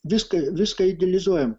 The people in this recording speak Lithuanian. viską viską idealizuojam